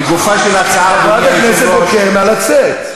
חברת הכנסת בוקר, נא לצאת.